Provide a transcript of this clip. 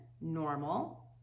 normal